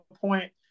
point